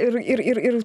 ir ir ir